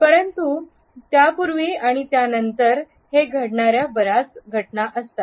परंतु त्यापूर्वी आणि त्यानंतर हे घडणाऱ्या बऱ्याच या घटना असतात